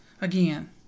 again